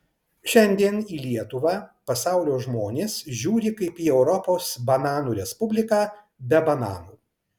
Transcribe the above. šiandien į lietuvą pasaulio žmonės žiūri kaip į europos bananų respubliką be bananų